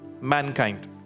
mankind